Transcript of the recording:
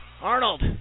Arnold